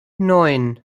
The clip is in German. neun